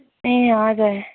ए हजुर